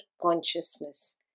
consciousness